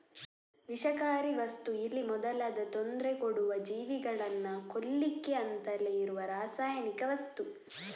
ವಿಷಕಾರಿ ವಸ್ತು ಇಲಿ ಮೊದಲಾದ ತೊಂದ್ರೆ ಕೊಡುವ ಜೀವಿಗಳನ್ನ ಕೊಲ್ಲಿಕ್ಕೆ ಅಂತಲೇ ಇರುವ ರಾಸಾಯನಿಕ ವಸ್ತು